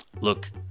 Look